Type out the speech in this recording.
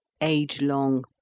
age-long